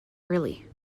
early